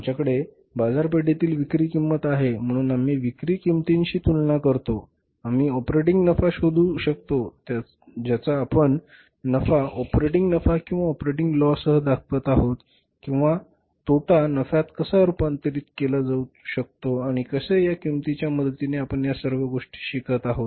आमच्याकडे बाजारपेठेतील विक्री किंमत आहे म्हणून आम्ही विक्री किंमतीशी तुलना करतो आम्ही ऑपरेटिंग नफा शोधू शकतो ज्याचा आपण नफा ऑपरेटिंग नफा किंवा ऑपरेटिंग लॉससह दाखवत आहोत किंवा तोटा नफ्यात कसा रूपांतरित केला जाऊ शकतो आणि कसे या किंमतीच्या मदतीने आपण या सर्व गोष्टी शिकत आहोत